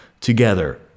Together